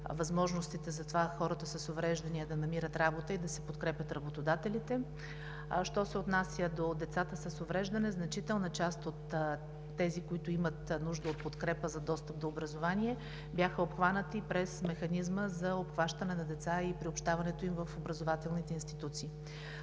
възможностите за това хората с увреждания да намират работа и да се подкрепят работодателите. Що се отнася до децата с увреждане – значителна част от тези, които имат нужда от подкрепа за достъп до образование, бяха обхванати през механизма за обхващане на деца и приобщаването им в образователните институции.